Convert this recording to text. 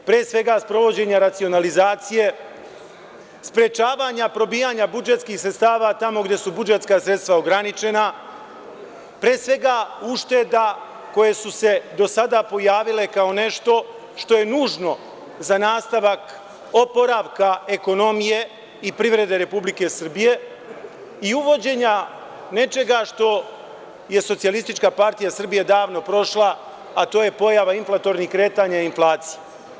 Pre svega sprovođenje racionalizacije, sprečavanja probijanja budžetskih sredstava tamo gde su budžetska sredstva ograničena, pre svega ušteda koje su se do sada pojavile kao nešto što je nužno za nastavak oporavka ekonomije i privrede Republike Srbije i uvođenja nečega što je SPS davno prošla, a to je pojava inflatornih kretanja i inflacije.